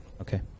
Okay